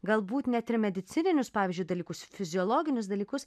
galbūt net ir medicininius pavyzdžiui dalykus fiziologinius dalykus